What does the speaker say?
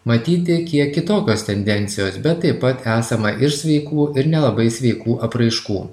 matyti kiek kitokios tendencijos bet taip pat esama ir sveikų ir nelabai sveikų apraiškų